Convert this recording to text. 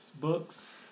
books